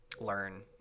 learn